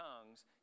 tongues